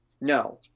no